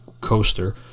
coaster